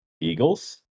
Eagles